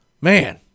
man